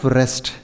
rest